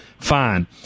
fine